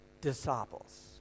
disciples